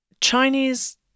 Chinese